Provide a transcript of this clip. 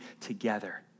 together